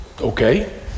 Okay